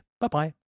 Bye-bye